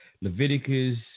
Leviticus